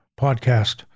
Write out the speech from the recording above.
podcast